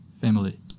family